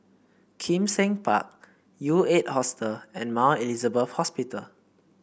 Kim Seng Park U Eight Hostel and Mount Elizabeth Hospital